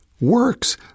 Works